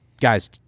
guys